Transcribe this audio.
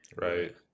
Right